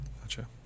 Gotcha